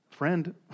friend